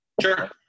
Sure